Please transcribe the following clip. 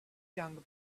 young